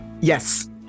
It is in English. yes